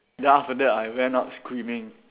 then after that I ran out screaming